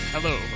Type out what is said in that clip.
Hello